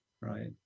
right